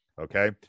okay